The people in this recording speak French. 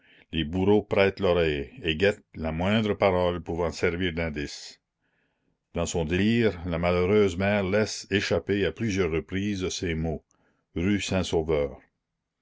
les bourreaux prêtent l'oreille et guettent la moindre parole pouvant servir d'indice dans son délire la malheureuse mère laisse échapper à plusieurs reprises ces mots rue